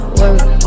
work